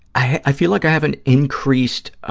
i feel like i have an increased ah